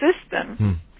system